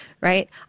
right